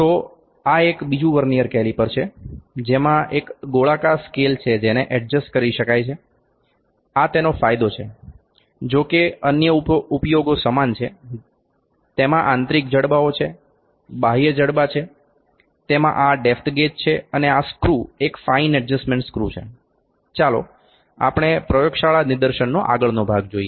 તો આ એક બીજું વર્નિયર કેલીપર છે જેમાં એક ગોળાકાર સ્કેલ છે જેને એડજસ્ટ કરી શકાય છે આ તેનો ફાયદો છે જો કે અન્ય ઉપયોગો સમાન છે તેમાં આંતરિક જડબાઓ છે બાહ્ય જડબાં છે તેમાં આ ડેપ્થ ગેજ છે અને આ સ્ક્રૂ એક ફાઇન ઍડજસ્ટમેન્ટ સ્ક્રુ છે ચાલો આપણે પ્રયોગશાળા નિદર્શનનો આગળનો ભાગ જોઇએ